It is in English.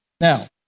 Now